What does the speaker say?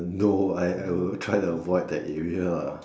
no I I will try to avoid that area lah